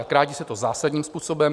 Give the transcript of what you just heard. A krátí se to zásadním způsobem.